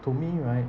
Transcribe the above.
to me right